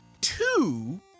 two